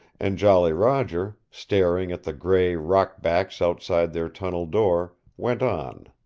and jolly roger, staring at the gray rock-backs outside their tunnel door, went on.